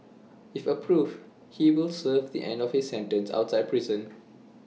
if approved he will serve the end of his sentence outside prison